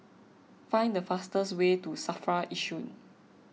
find the fastest way to Safra Yishun